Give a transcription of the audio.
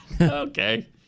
Okay